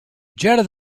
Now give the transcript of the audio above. jetted